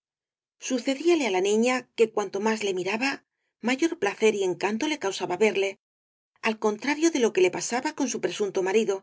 aliento sucedíale á la niña que cuanto más le miraba mayor placer y encanto le causaba verle al contrario de lo que le pasaba con su presunto marido